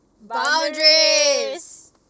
boundaries